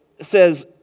says